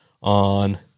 on